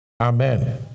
Amen